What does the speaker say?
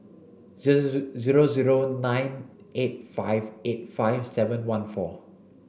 zero zero nine eight five eight five seven one four